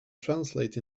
translate